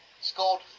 scored